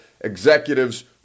executives